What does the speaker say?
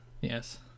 yes